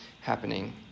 happening